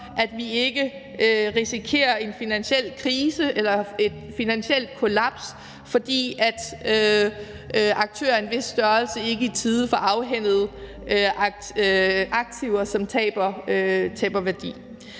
at vi ikke risikerer en finansiel krise eller et finansielt kollaps, fordi aktører af en vis størrelse ikke i tide får afhændet aktiver, som taber værdi.